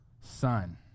Son